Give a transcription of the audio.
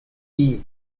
ivez